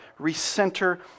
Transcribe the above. recenter